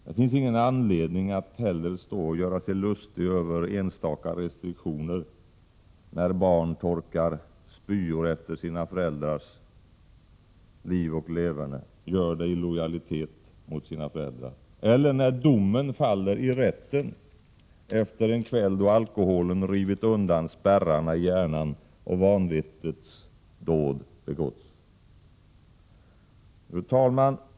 Det finns inte heller någon anledning att göra sig lustig över enstaka restriktioner, när barn av lojalitet med sina föräldrar torkar spyor efter deras liv och leverne. Eller när domen faller i rätten efter en kväll då alkoholen rivit undan spärrarna i hjärnan och vanvettets dåd har begåtts. Fru talman!